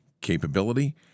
capability